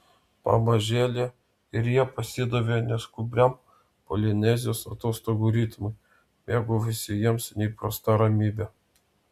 pamažėle ir jie pasidavė neskubriam polinezijos atostogų ritmui mėgavosi jiems neįprasta ramybe